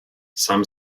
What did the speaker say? sám